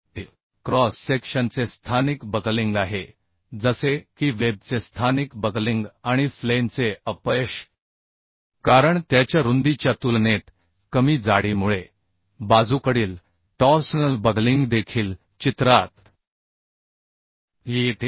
हे क्रॉस सेक्शनचे स्थानिक बकलिंग आहे जसे की वेबचे स्थानिक बकलिंग आणि फ्लेंजचे अपयश कारण त्याच्या रुंदीच्या तुलनेत कमी जाडीमुळे बाजूकडील टॉर्सनल बकलिंग देखील चित्रात येते